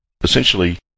essentially